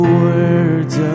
words